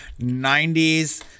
90s